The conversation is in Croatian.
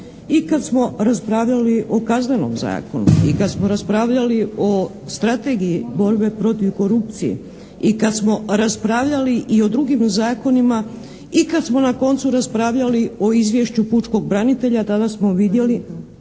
I kad smo raspravljali o Kaznenom zakonu i kad smo raspravljali o Strategiji borbe protiv korupcije i kad smo raspravljali i o drugim zakonima i kad smo na koncu raspravljali o izvješću pučkog branitelja tada smo vidjeli